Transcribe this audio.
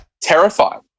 Terrified